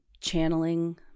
channeling